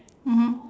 mmhmm